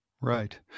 Right